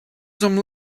some